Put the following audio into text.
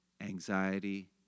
anxiety